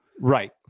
Right